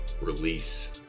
release